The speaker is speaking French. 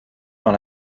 dans